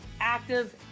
active